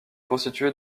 constitué